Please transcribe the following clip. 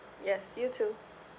yes you too